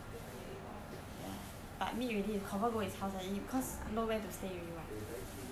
ya but meet already is confirm go his house already cause no where to stay already [what]